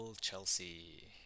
Chelsea